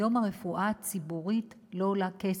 שהרפואה הציבורית היום לא עולה כסף,